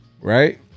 Right